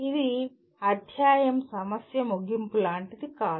ఇది అధ్యాయం సమస్య ముగింపు లాంటిది కాదు